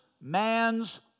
man's